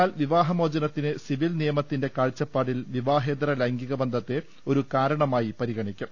എന്നാൽ വിവാഹമോചന ത്തിന് സിവിൽ നിയമത്തിന്റെ കാഴ്ചപ്പാടിൽവിവാഹേതര ലൈംഗിക ബന്ധത്തെ ഒരു കാരണമായി പരിഗണിക്കും